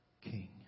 King